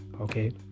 Okay